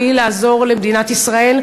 והיא לעזור למדינת ישראל,